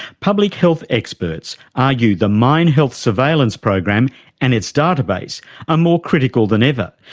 public health experts argue the mine health surveillance program and its database are more critical than ever,